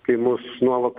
kai mus nuolat